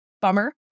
Bummer